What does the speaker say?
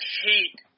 hate